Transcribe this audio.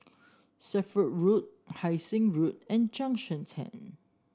Strathmore Road Hai Sing Road and Junction Ten